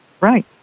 Right